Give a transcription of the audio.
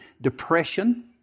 depression